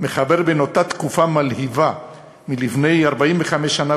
מחבר בין אותה תקופה מלהיבה מלפני 45 שנה